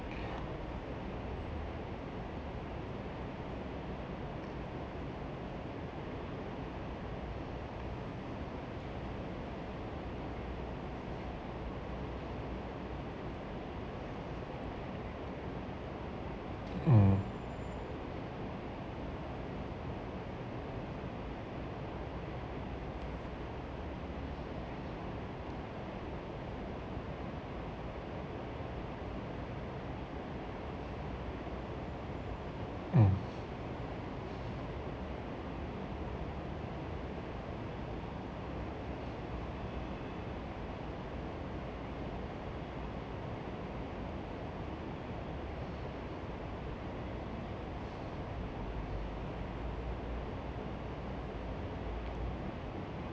mm mm